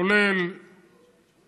כולל